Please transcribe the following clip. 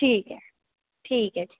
ठीक ऐ ठीक ऐ